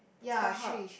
StarHub